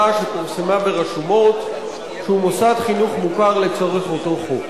שפורסמה ברשומות שהוא מוסד חינוך מוכר לצורך אותו חוק.